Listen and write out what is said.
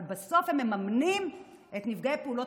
אבל בסוף הם מממנים את נפגעי פעולות